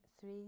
three